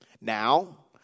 now